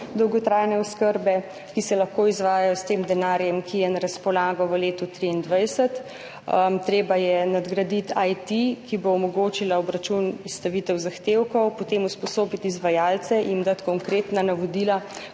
dolgotrajne oskrbe, ki se lahko izvajajo s tem denarjem, ki je na razpolago v letu 2023. Treba je nadgraditi IT, ki bo omogočil obračun izstavitve zahtevkov, potem usposobiti izvajalce, jim dati konkretna navodila,